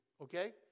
okay